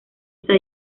está